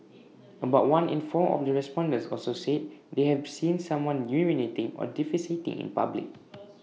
about one in four of the respondents also said they have seen someone urinating or defecating in public